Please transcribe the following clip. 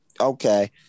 okay